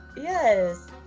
Yes